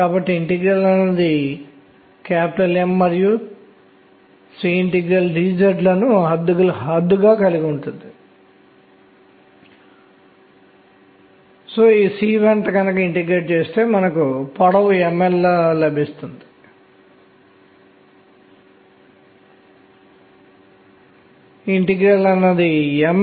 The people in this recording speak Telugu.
కాబట్టి నేను ఛార్జ్ e మగ్నిట్యూడ్ పరిమాణంతో చుట్టూ కదులుతున్న కణం గురించి మాట్లాడుతున్నాను అప్పుడు మ్యాగ్నెటిక్ మొమెంటం అయస్కాంత భ్రామకం R2ν|e| కి సమానం